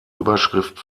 überschrift